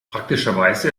praktischerweise